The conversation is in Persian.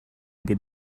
اگه